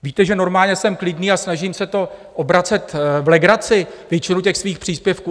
Víte, že normálně jsem klidný a snažím se to obracet v legraci, většinu svých příspěvků.